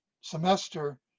semester